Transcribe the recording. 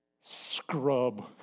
scrub